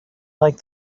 like